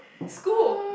scold